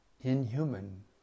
inhuman